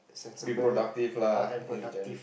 be productive lah in gen~